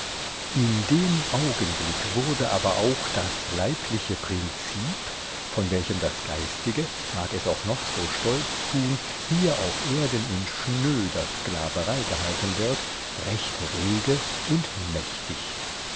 in dem augenblick wurde aber auch das leibliche prinzip von welchem das geistige mag es auch noch so stolz tun hier auf erden in schnöder sklaverei gehalten wird recht rege und mächtig